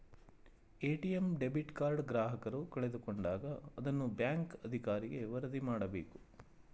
ATM debit card ಗ್ರಾಹಕರು ಕಳೆದುಕೊಂಡಾಗ ಅದನ್ನ ಬ್ಯಾಂಕ್ ಅಧಿಕಾರಿಗೆ ವರದಿ ಮಾಡಬೇಕು